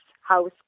house